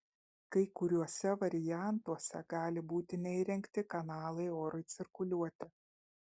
kai kuriuose variantuose gali būti neįrengti kanalai orui cirkuliuoti